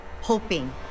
hoping